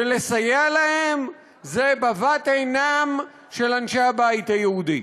ולסייע להם זה בבת-עינם של אנשי הבית היהודי.